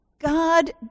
God